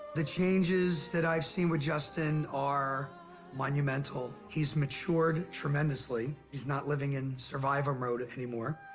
the changes that i've seen with justin are monumental. he's matured tremendously. he's not living in survivor mode anymore.